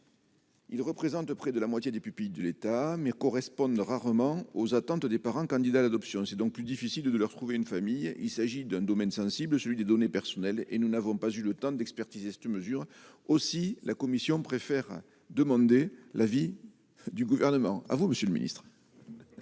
Ils représentent près de la moitié des pupilles de l'État mais correspondent rarement aux attentes des parents candidats à l'adoption, c'est donc plus difficile de leur trouver une famille : il s'agit d'un domaine sensible, celui des données personnelles et nous n'avons pas eu le temps d'expertiser cette mesure aussi la Commission préfère demander l'avis du gouvernement, à vous, Monsieur le Ministre.